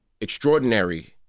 extraordinary